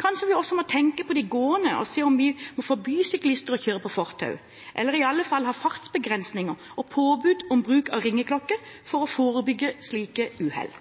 Kanskje vi også må tenke på de gående og se om vi må forby syklister å kjøre på fortau, eller i alle fall ha fartsbegrensninger og påbud om bruk av ringeklokke for å forebygge slike uhell.